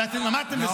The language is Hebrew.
ואתם עמדתם בזה.